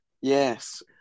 Yes